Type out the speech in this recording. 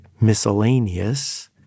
miscellaneous